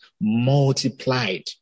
multiplied